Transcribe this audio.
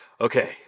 Okay